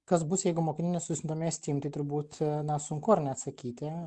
kas bus jeigu mokiniai nesusidomės steam tai turbūt na sunku atsakyti